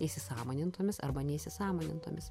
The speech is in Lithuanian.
įsisąmonintomis arba neįsisąmonintomis